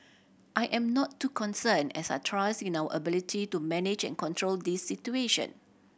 I am not too concerned as I trust in our ability to manage and control this situation